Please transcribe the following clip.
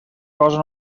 cosa